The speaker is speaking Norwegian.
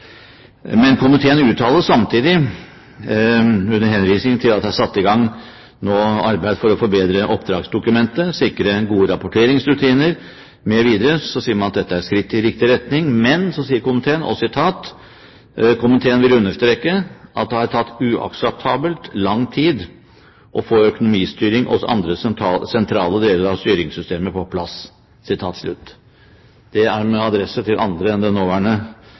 Men komiteen uttaler samtidig, under henvisning til at det nå er satt i gang arbeid for å forbedre oppdragsdokumentet, sikre gode rapporteringsrutiner mv., at dette er skritt i riktig retning. Men så sier komiteen: «Komiteen vil imidlertid understreke at det har tatt uakseptabelt lang tid å få økonomistyring og andre sentrale deler av styringssystemet på plass.» Det er med adresse til andre enn den nåværende statsråd, men det